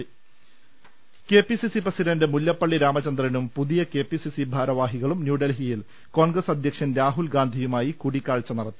ൾ ൽ ൾ സംസ്ഥാനകെ P C C president Mullappally രാമചന്ദ്രനും പുതിയ കെ പി സി സി ഭാരവാഹികളും ന്യൂഡൽഹി യിൽ കോൺഗ്രസ് അധ്യക്ഷൻ രാഹുൽ ഗാന്ധിയുമായി കൂടിക്കാഴ്ച നടത്തി